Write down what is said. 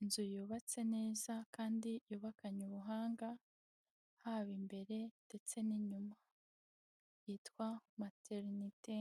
inzu yubatse neza kandi yubakanye ubuhanga, haba imbere ndetse n'inyuma yitwa materinete.